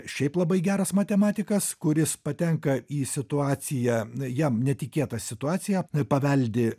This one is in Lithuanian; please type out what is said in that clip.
šiaip labai geras matematikas kuris patenka į situaciją jam netikėtą situaciją paveldi